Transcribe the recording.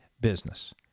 business